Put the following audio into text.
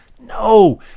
No